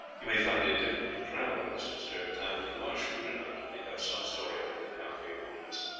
you may find it difficult to travel in this disturbed time, but you are shrewd enough to make up some story that will account for your movements,